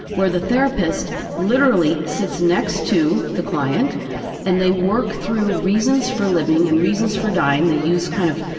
where the therapist literally sits next to the client and they work through reasons for living and reasons for dying, they use kind of